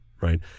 right